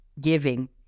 giving